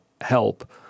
help